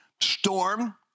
storm